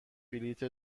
بلیط